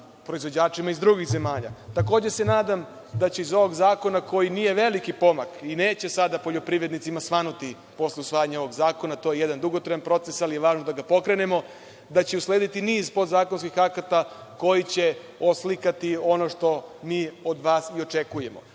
proizvođačima iz drugih zemalja. Takođe se nadam da će iz ovog zakona koji nije veliki pomak, i neće sada poljoprivrednicima svanuti posle usvajanja ovog zakona, to je jedan dugotrajan proces, ali je važno da ga pokrenemo, da će uslediti niz podzakonskih akata koji će oslikati ono što mi od vas i očekujemo. Ovde